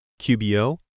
QBO